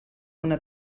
una